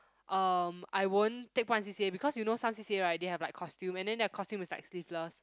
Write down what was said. um I won't take part in C_C_A because you know some C_C_A right they have like costume and then their costume is like sleeveless